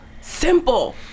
simple